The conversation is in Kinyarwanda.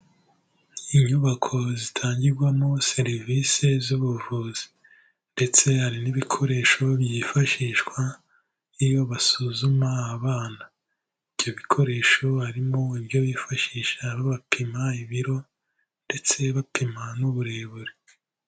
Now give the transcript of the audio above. Inyubako zitangirwamo serivisi z'ubuvuzi ndetse hari n'ibikoresho byifashishwa iyo basuzuma abana, ibyo bikoresho barimo ibyo bifashisha babapima ibiro ndetse bapima n'uburebure.